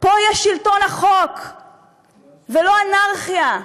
פה יש שלטון החוק ולא אנרכיה.